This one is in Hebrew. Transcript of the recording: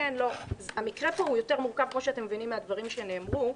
כמו שאתם מבינים מהדברים שנאמרו,